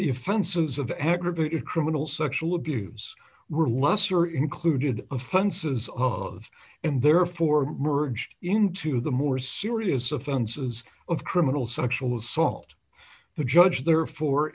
the offenses of aggravated criminal sexual abuse were lesser included offenses of and therefore merged into the more serious offenses of criminal sexual assault the judge therefore